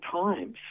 times